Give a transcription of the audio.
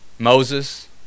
Moses